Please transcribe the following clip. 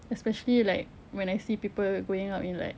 especially like when I see people going out in like